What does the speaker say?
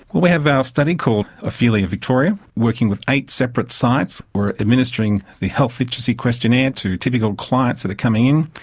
we have our study called ophelia victoria working with eight separate sites. we are administering the health literacy questionnaire to typical clients that are coming in,